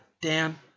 Dan